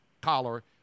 collar